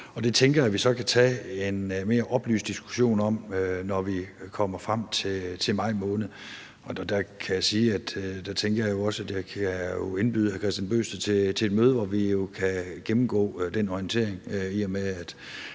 det tænker jeg at vi så kan tage en mere oplyst diskussion om, når vi kommer frem til maj måned, og der kan jeg sige, at der tænker jeg jo også, at jeg kan indbyde hr. Kristian Bøgsted til et møde, hvor vi kan gennemgå den orientering, i og med